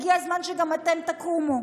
הגיע הזמן שגם אתם תקומו,